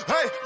Hey